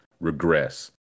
regress